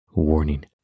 Warning